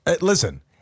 Listen